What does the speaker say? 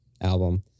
album